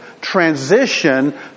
transition